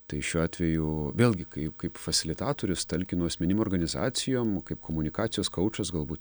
tai šiuo atveju vėlgi kaip kaip fasilitatorius talkinu asmenim organizacijom kaip komunikacijos kaučas galbūt